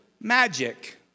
magic